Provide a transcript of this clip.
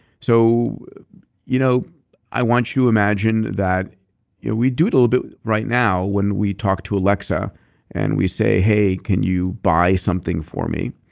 so you know i want you to imagine that yeah we do it a little bit right now when we talk to alexa and we say, hey, can you buy something for me?